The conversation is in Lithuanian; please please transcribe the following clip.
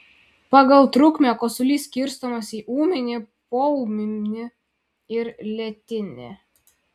pagal trukmę kosulys skirstomas į ūminį poūminį ir lėtinį